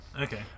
Okay